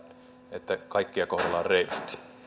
että kaikkia kohdellaan reilusti